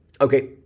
Okay